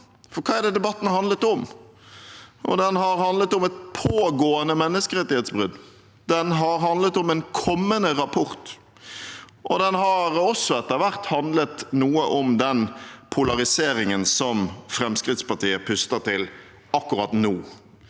For hva har debatten handlet om? Den har handlet om et pågående menneskerettighetsbrudd. Den har handlet om en kommende rapport, og den har også etter hvert handlet noe om den polariseringen som Fremskrittspartiet puster til akkurat nå,